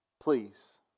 please